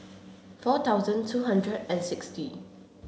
four thousand two hundred and sixty